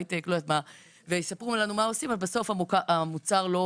הייטק ויספרו לנו מה עושים ובסוף המוצר לא